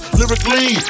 lyrically